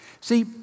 See